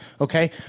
Okay